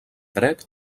dret